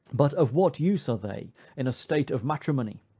but of what use are they in a state of matrimony?